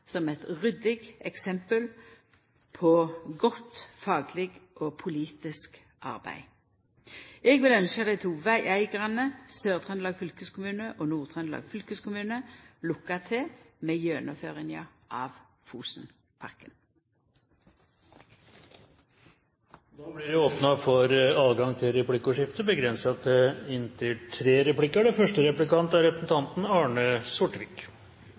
som eit ryddig eksempel på godt fagleg og politisk arbeid. Eg vil ynskja dei to vegeigarane, Sør-Trøndelag fylkeskommune og Nord-Trøndelag fylkeskommune, lukke til med gjennomføringa av Fosenpakka. Det blir åpnet for replikkordskifte. Jeg synes jo at statsråden bør sende atskillig mer enn lykkønskninger. I det